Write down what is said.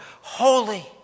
holy